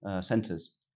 centers